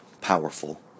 powerful